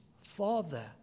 father